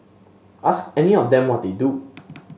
ask any of them what they do